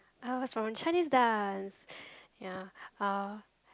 I was from Chinese dance ya uh